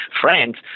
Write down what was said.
friends